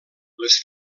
les